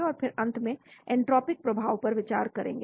और फिर अंत में एंट्रोपिक प्रभाव पर विचार करेंगे